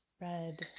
red